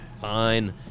Fine